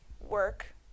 work